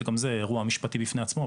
שגם זה אירוע משפטי בפני עצמו,